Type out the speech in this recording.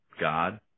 God